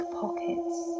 pockets